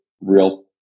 real